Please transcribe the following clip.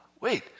Wait